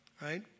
right